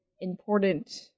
important